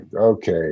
okay